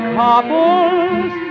couples